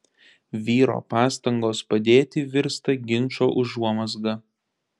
vyro pastangos padėti virsta ginčo užuomazga